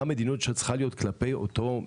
מהי המדיניות שצריכה להיות כלפי אותו...